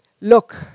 look